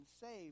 saved